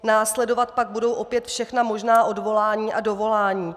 Následovat pak budou opět všechna možná odvolání a dovolání.